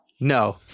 No